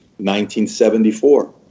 1974